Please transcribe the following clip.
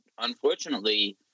Unfortunately